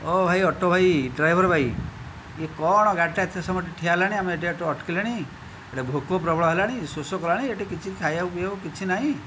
ଓ ଭାଇ ଅଟୋ ଭାଇ ଡ୍ରାଇଭର ଭାଇ ଇଏ କଣ ଗାଡ଼ିଟା ଏତେ ସମୟ ଏଠି ଠିଆ ହେଲାଣି ଆମେ ଏଠି ଅଟକିଲେଣି ୟାଡ଼େ ଭୋକ ପ୍ରବଳ ହେଲାଣି ଶୋଷ କଲାଣି ଏଠି କିଛି ଖାଇବାକୁ ପିଇବାକୁ କିଛି ନାହିଁ